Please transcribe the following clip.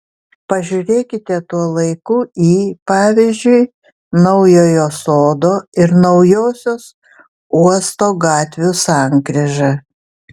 pažiūrėkite tuo laiku į pavyzdžiui naujojo sodo ir naujosios uosto gatvių sankryžą